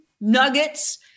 nuggets